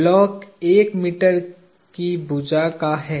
block एक metre की भुजा का हैं